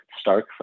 stark